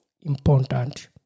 important